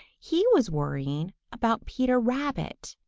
he was worrying about peter rabbit.